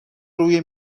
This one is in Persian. روی